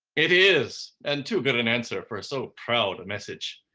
it is, and too good an answer for so proud a message.